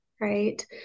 right